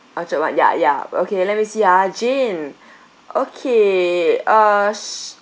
orchard [one] ya ya okay let me see ah jane okay uh sh~